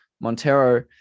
Montero